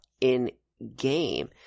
in-game